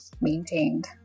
maintained